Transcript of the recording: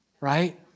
Right